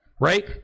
right